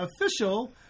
official